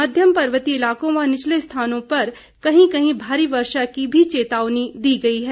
मध्यम पर्वतीय इलाकों व निचले स्थानों पर कहीं कहीं भारी वर्षा की भी चेतावनी दी गई है